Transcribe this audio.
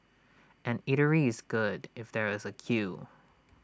an eatery is good if there is A queue